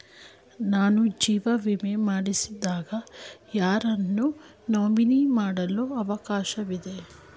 ನಾನು ಜೀವ ವಿಮೆ ಮಾಡಿಸಿದಾಗ ಯಾರನ್ನು ನಾಮಿನಿ ಮಾಡಲು ಅವಕಾಶವಿದೆ?